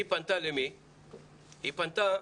למי היא פנתה?